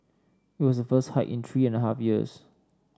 it was the first hike in three and a half years